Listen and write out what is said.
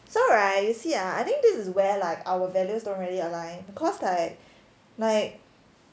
so right you see ah I think this is where like our values don't really align because like like